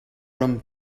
rum